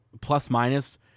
plus-minus